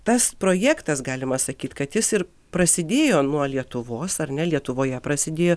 tas projektas galima sakyt kad jis ir prasidėjo nuo lietuvos ar ne lietuvoje prasidėjo